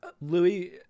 Louis